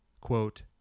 quote